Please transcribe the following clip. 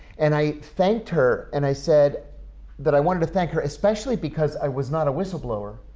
and i thanked her, and i said that i wanted to thank her especially because i was not a whistleblower.